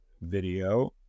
video